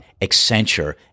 Accenture